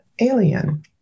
alien